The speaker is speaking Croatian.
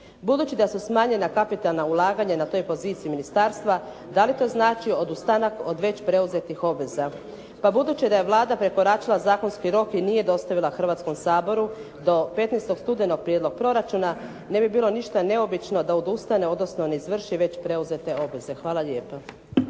Budući da su smanjena kapitalna ulaganja na toj poziciji ministarstva, da li to znači odustanak od već preuzetih obveza? Pa budući da je Vlada prekoračila zakonski rok i nije dostavila Hrvatskom saboru do 15. studenoga prijedlog proračuna, ne bi bilo ništa neobično da odustane, odnosno ne izvrši već preuzete obveze. Hvala lijepo.